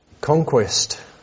Conquest